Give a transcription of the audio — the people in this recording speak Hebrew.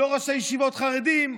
לא ראשי ישיבות חרדים,